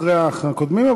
אחרי הקודמים,